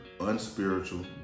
unspiritual